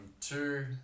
two